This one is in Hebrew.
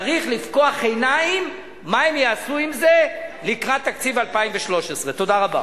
צריך לפקוח עיניים מה הם יעשו עם זה לקראת תקציב 2013. תודה רבה.